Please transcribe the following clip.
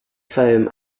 foam